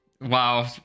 wow